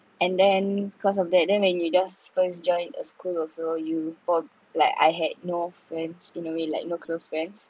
and then cause of that then when you just first join a school also you for like I had no friends in a way like no close friends